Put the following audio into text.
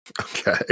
Okay